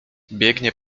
biegnie